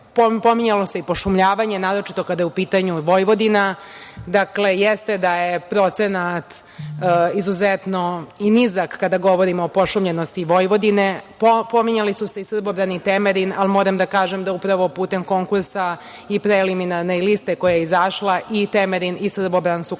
pominjalo se i pošumljavanje, naročito kada je u pitanju Vojvodina. Dakle, jeste da je procenat izuzetno nizak kada govorimo o pošumljenosti Vojvodine. Pominjali su se i Srbobran i Temerin, ali moram da kažem da upravo putem konkursa i preliminarne liste koja je izašla i Temerin i Srbobran su konkurisali